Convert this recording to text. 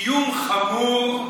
איום חמור,